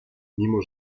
mimo